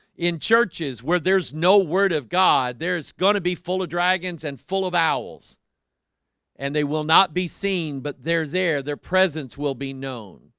in churches where there's no word of god, there's gonna be full of dragons and full of owls and they will not be seen but they're there their presence will be known.